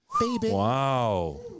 Wow